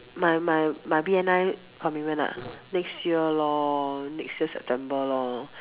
my my my B_N_I commitment ah next year lor next year September lor